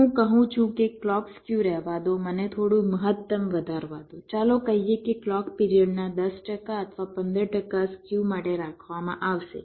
હું કહું છું કે ક્લૉક સ્ક્યુ રહેવા દો મને થોડું મહત્તમ ધારવા દો ચાલો કહીએ કે ક્લૉક પિરિયડના 10 ટકા અથવા 15 ટકા સ્ક્યુ માટે રાખવામાં આવશે